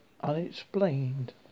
Unexplained